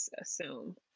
assume